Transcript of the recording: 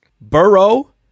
Burrow